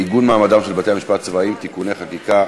לעיגון מעמדם של בתי-המשפט הצבאיים (תיקוני חקיקה),